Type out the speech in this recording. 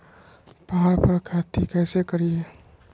पहाड़ पर खेती कैसे करीये?